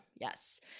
yes